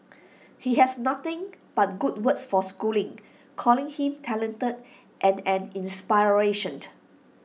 he has nothing but good words for schooling calling him talented and an